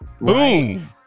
Boom